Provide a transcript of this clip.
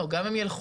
לא, גם אם ילכו.